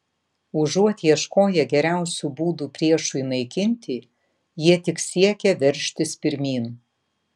užuot ieškoję geriausių būdų priešui naikinti jie tik siekė veržtis pirmyn